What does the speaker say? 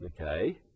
Okay